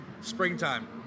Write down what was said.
springtime